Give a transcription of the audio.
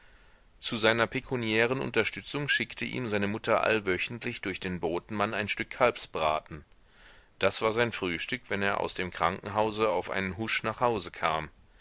zu seiner pekuniären unterstützung schickte ihm seine mutter allwöchentlich durch den botenmann ein stück kalbsbraten das war sein frühstück wenn er aus dem krankenhause auf einen husch nach hause kam